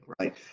right